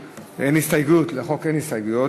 לחוק אין הסתייגויות,